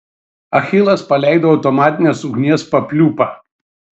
achilas paleido automatinės ugnies papliūpą